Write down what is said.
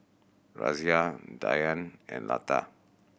Razia Dhyan and Lata